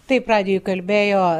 taip radijui kalbėjo